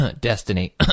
Destiny